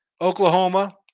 Oklahoma